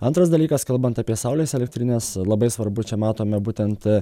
antras dalykas kalbant apie saulės elektrines labai svarbu čia matome būtent